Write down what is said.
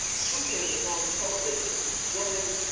putin is on television going,